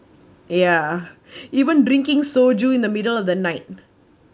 ya even drinking soju in the middle of the night